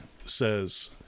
says